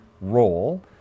role